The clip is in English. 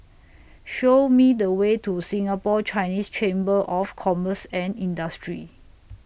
Sow Me The Way to Singapore Chinese Chamber of Commerce and Industry